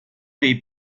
dei